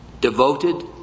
Devoted